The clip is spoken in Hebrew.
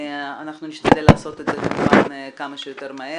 אנחנו נשתדל לעשות את זה כמובן כמה שיותר מהר,